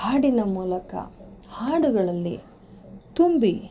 ಹಾಡಿನ ಮೂಲಕ ಹಾಡುಗಳಲ್ಲಿ ತುಂಬಿ